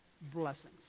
blessings